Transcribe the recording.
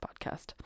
podcast